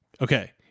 okay